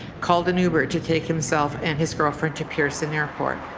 called an uber to take himself and his girlfriend to pearson airport.